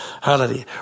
Hallelujah